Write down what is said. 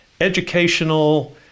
educational